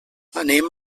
anem